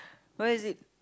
where is it